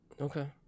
Okay